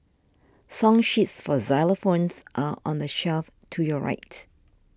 song sheets for xylophones are on the shelf to your right